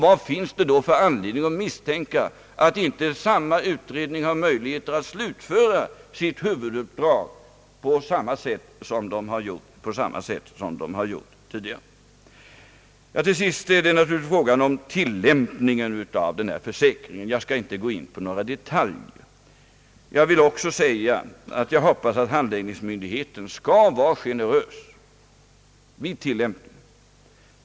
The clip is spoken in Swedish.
Vad finns det då för anledning att misstänka att inte samma utredning har möjlighet att slutföra sitt huvuduppdrag på samma sätt som skett tidigare? Till sist är det frågan om tillämpningen av den här försäkringen. Jag skall inte gå in på några detaljer. Men jag vill säga att jag hoppas att handläggningsmyndigheten skall vara generös vid tillämpningen.